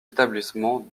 établissements